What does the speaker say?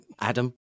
Adam